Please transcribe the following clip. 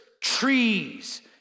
trees